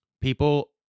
People